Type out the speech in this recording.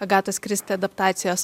agatos kristi adaptacijos